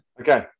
Okay